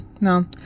no